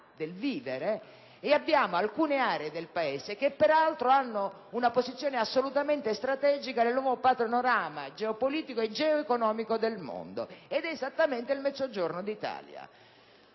del vivere. Abbiamo alcune aree del Paese sottoutilizzate che, peraltro, hanno una posizione assolutamente strategica nel nuovo panorama geopolitico e geoeconomico del mondo, ed è esattamente il Mezzogiorno d'Italia,